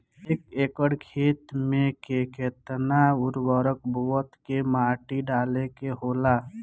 एक एकड़ खेत में के केतना उर्वरक बोअत के माटी डाले के होला?